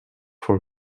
voor